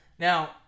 Now